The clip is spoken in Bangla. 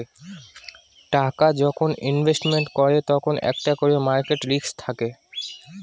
টাকা যখন ইনভেস্টমেন্ট করে তখন একটা করে মার্কেট রিস্ক থাকে